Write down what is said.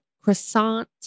croissant